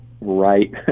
right